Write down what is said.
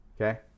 Okay